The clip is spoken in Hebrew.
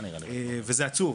זה עצוב.